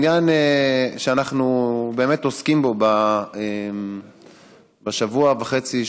בעניין שאנחנו באמת עוסקים בו בשבוע וחצי,